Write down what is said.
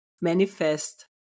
manifest